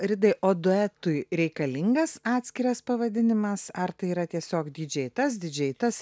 ridai o duetui reikalingas atskiras pavadinimas ar tai yra tiesiog didžėj tas didžėj tas